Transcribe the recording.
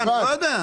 אני לא יודע.